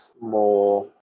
more